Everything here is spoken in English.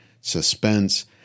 suspense